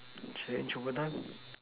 change over time